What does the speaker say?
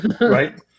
right